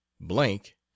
blank